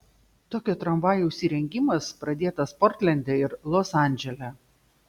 tokio tramvajaus įrengimas pradėtas portlende ir los andžele